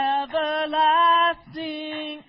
everlasting